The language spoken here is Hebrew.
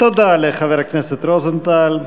תודה לחבר הכנסת רוזנטל.